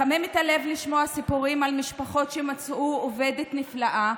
מחמם את הלב לשמוע סיפורים על משפחות שמצאו עובדת נפלאה,